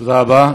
תודה רבה.